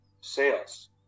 sales